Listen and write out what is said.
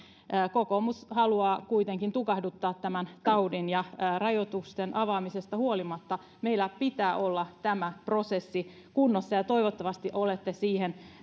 kokoomus haluaa kuitenkin tukahduttaa tämän taudin ja rajoitusten avaamisesta huolimatta meillä pitää olla tämä prosessi kunnossa toivottavasti olette siihen